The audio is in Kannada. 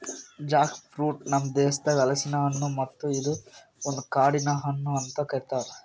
ಜಾಕ್ ಫ್ರೂಟ್ ನಮ್ ದೇಶದಾಗ್ ಹಲಸಿನ ಹಣ್ಣು ಮತ್ತ ಇದು ಒಂದು ಕಾಡಿನ ಹಣ್ಣು ಅಂತ್ ಕರಿತಾರ್